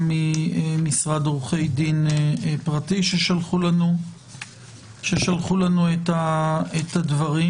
גם ממשרד עורכי דין פרטי ששלחו לנו את הדברים.